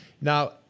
Now